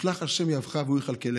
"השלך על ה' יהבך והוא יכלכלך".